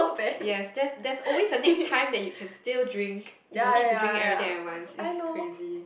yes there's there's always a next time that you can still drink you don't need to drink everything at once it's crazy